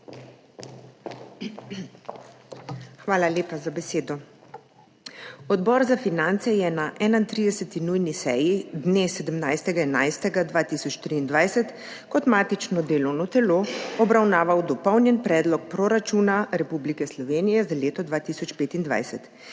Hvala lepa za besedo. Odbor za finance je na 31. nujni seji dne 17. 11. 2023 kot matično delovno telo obravnaval Dopolnjen predlog proračuna Republike Slovenije za leto 2025,